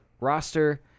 roster